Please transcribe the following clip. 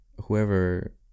whoever